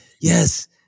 yes